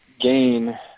Gain